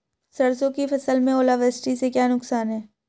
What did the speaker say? सरसों की फसल में ओलावृष्टि से क्या नुकसान है?